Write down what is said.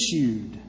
issued